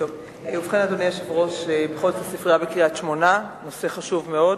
הוא היה חייב לבוא.